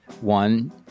one